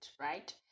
right